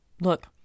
look